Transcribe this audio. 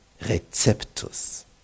Receptus